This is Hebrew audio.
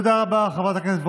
תודה לך.